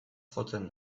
jotzen